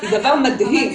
זה דבר מדהים.